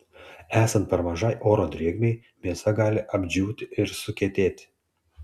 esant per mažai oro drėgmei mėsa gali apdžiūti ir sukietėti